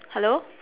hello